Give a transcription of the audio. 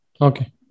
Okay